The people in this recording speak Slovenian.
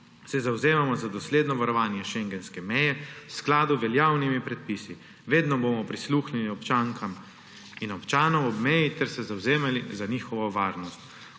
se zavzemamo za dosledno varovanje šengenske meje v skladu z veljavnimi predpisi. Vedno bomo prisluhnili občankam in občanom ob meji ter se zavzemali za njihovo varnost.